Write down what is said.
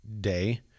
day